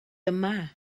yma